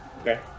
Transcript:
Okay